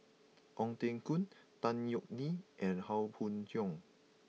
Ong Teng Koon Tan Yeok Nee and Howe Yoon Chong